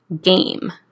game